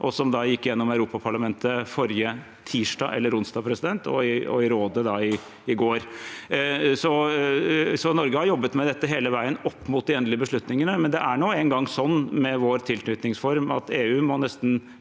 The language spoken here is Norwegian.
som gikk gjennom i Europaparlamentet forrige tirsdag eller onsdag og i Europarådet i går. Norge har jobbet med dette hele veien opp mot de endelige beslutningene, men det er nå en gang sånn med vår tilknytningsform at EU må lande